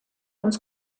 uns